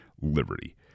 liberty